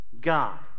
God